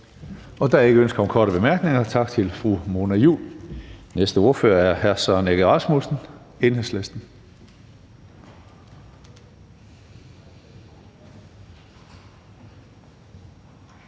Der er ikke ønske om korte bemærkninger. Tak til fru Mona Juul. Næste ordfører er hr. Søren Egge Rasmussen, Enhedslisten.